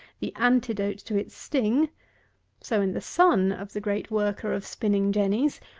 the antidote to its sting so in the son of the great worker of spinning-jennies,